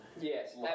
Yes